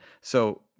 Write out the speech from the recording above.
So-